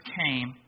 came